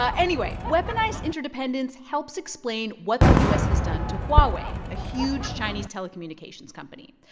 ah anyway, weaponized interdependence helps explain what the u s. has done to huawei, a huge chinese telecommunications company.